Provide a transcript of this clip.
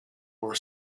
were